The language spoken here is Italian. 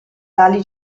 tali